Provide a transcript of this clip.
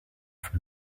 from